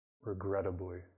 regrettably